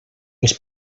els